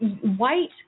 white